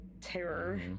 terror